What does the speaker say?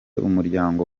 umuryango